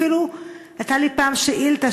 אפילו הייתה לי פעם שאילתה,